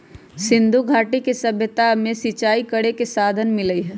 सिंधुघाटी के सभ्यता में सिंचाई करे के साधन मिललई ह